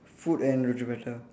food and roti prata